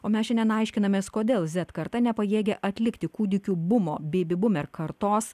o mes šiandien aiškinamės kodėl zet karta nepajėgia atlikti kūdikių bumo beibi bumer kartos